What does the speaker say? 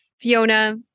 Fiona